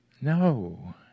No